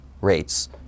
rates